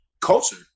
culture